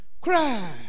Cry